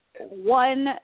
one